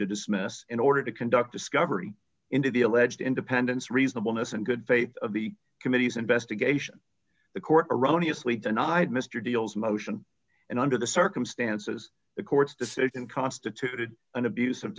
to dismiss in order to conduct discovery into the alleged independence reasonableness and good faith of the committee's investigation the court erroneous lete and i had mr deal's motion and under the circumstances the court's decision constituted an abus